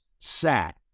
Sat